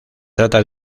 trata